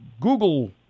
Google